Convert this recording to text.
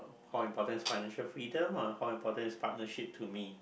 how important is financial freedom or how important is partnership to me